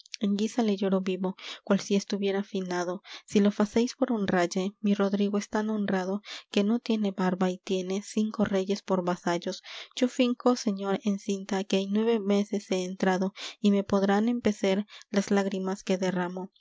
en guisa le lloro vivo cual si estuviera finado si lo facéis por honralle mi rodrigo es tan honrado que no tiene barba y tiene cinco reyes por vasallos yo finco señor en cinta que en nueve meses he entrado y me podrán empecer las lágrimas que derramo